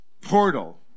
portal